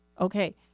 Okay